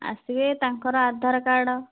ଆସିବେ ତାଙ୍କର ଆଧାର କାର୍ଡ଼